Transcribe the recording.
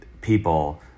people